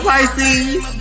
Pisces